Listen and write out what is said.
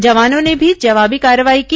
जवानों ने भी जवाबी कार्रवाई की